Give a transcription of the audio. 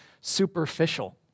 superficial